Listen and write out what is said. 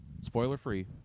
Spoiler-free